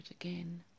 again